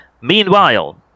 Meanwhile